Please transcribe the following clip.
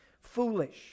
foolish